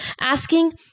Asking